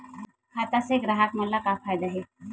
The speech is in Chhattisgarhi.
खाता से ग्राहक मन ला का फ़ायदा हे?